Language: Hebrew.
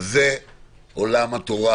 זה עולם התורה.